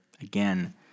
again